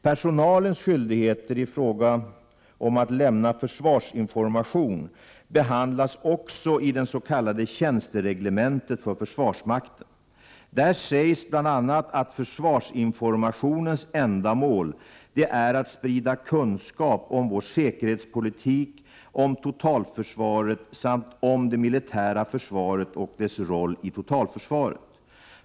Personalens skyldigheter i fråga om att lämna försvarsinformation behandlas också i det s.k. tjänstereglementet för försvarsmakten . Där sägs bl.a. att försvarsinformationens ändamål är att sprida kunskap om vår säkerhetspolitik, om totalförsvaret samt om det militära försvaret och dess roll i totalförsvaret.